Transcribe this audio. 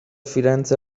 firenze